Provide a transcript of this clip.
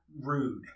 Rude